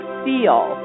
feel